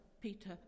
Peter